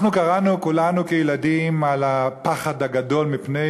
אנחנו קראנו כולנו כילדים על הפחד הגדול מפני